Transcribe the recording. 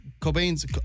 Cobain's